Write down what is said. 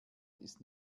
ist